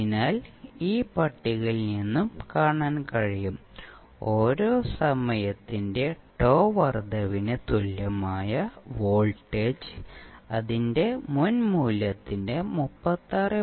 അതിനാൽ ഈ പട്ടികയിൽ നിന്നും കാണാൻ കഴിയും ഓരോ സമയത്തിൻറെ τ വർദ്ധനവിന് തുല്യമായ വോൾട്ടേജ് അതിന്റെ മുൻമൂല്യത്തിന്റെ 36